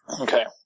Okay